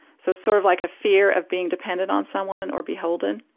so, sort of like, a fear of being dependent on someone or beholden.